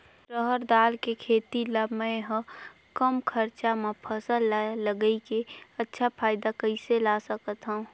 रहर दाल के खेती ला मै ह कम खरचा मा फसल ला लगई के अच्छा फायदा कइसे ला सकथव?